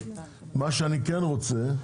מה שאני כן רוצה,